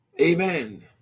Amen